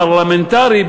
פרלמנטרי,